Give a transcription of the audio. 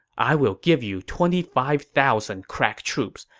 i will give you twenty five thousand crack troops,